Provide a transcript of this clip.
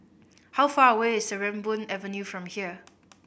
how far away is Sarimbun Avenue from here